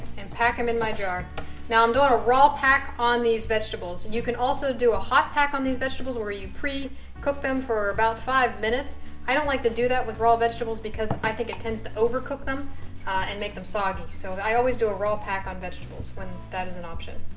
and pack them in my jar now i'm doing a raw pack on these vegetables and you can also do a hot pack on these vegetables where you pre cook them for about five minutes i don't like to do that with raw vegetables because i think it tends to overcook them and make them soggy so i always do a raw pack on vegetables when that is an option